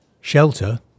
Shelter